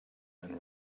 and